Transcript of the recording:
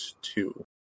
Two